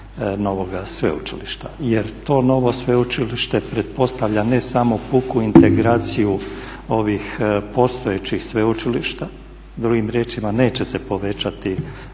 novoga sveučilišta? Jer to novo sveučilište pretpostavlja ne samo puku integraciju ovih postojećih sveučilišta. Drugim riječima neće se povećati